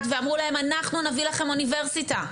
ואמרו להם אנחנו נביא לכם אוניברסיטה,